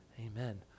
Amen